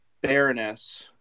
Baroness